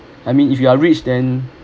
I mean if you are rich then